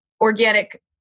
organic